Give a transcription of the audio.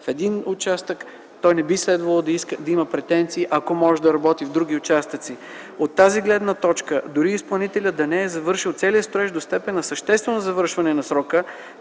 в един участък, той не би следвало да има претенции, ако може да работи в други участъци. От тази гледна точка, дори изпълнителят да не е завършил целия строеж до степен на съществено завършване на срока,